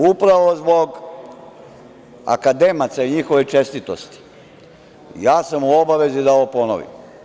Upravo zbog akademaca i njihove čestitosti ja sam u obavezi da ovo ponovim.